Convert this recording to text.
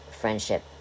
friendship